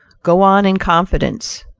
go on in confidence,